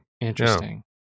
Interesting